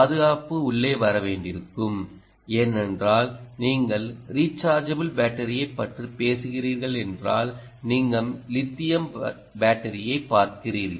பாதுகாப்பு உள்ளே வர வேண்டியிருக்கும் ஏனென்றால் நீங்கள் ரிச்சார்ஜபிள் பேட்டரியைப் பற்றி பேசுகிறீர்கள் என்றால் நீங்கள் லித்தியம் பேட்டரியைப் பார்க்கிறீர்கள்